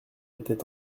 était